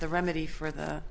the remedy for the